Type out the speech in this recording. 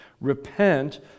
repent